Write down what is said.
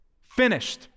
finished